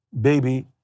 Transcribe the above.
baby